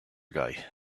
guy